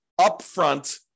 upfront